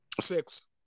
Six